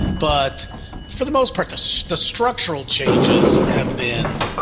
but for the most part the so the structural changes have been,